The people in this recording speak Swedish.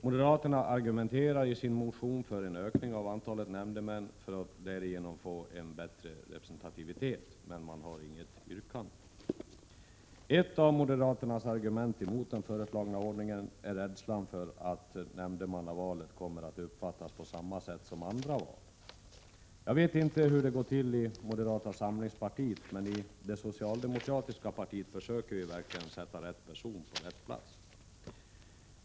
Moderaterna argumenterar i sin motion för en ökning av antalet nämndemän för att därigenom få en bättre representativitet — men man har inget yrkande. Ett av moderaternas argument emot den föreslagna ordningen är rädslan för att nämndemannavalet kommer att uppfattas på samma sätt som andra val. Jag vet inte hur det går till i moderata samlingspartiet, men i det socialdemokratiska partiet försöker vi verkligen sätta rätt person på rätt plats.